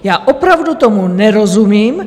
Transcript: Já opravdu tomu nerozumím.